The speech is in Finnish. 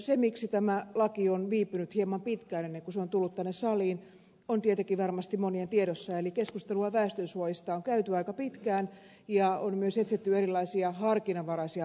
se miksi tämä laki on viipynyt hieman pitkään ennen kuin se on tullut tänne saliin on tietenkin varmasti monien tiedossa eli keskustelua väestönsuojista on käyty aika pitkään ja on myös etsitty erilaisia harkinnanvaraisia malleja